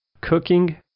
Cooking